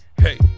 hey